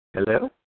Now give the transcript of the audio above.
Hello